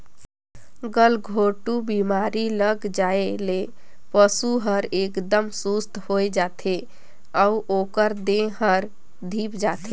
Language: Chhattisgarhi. गलघोंटू बेमारी लग जाये ले पसु हर एकदम सुस्त होय जाथे अउ ओकर देह हर धीप जाथे